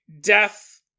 death